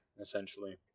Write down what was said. essentially